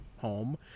home